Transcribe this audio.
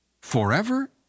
forever